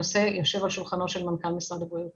הנושא יושב על שולחנו של מנכ"ל משרד הבריאות